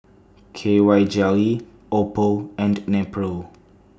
K Y Jelly Oppo and Nepro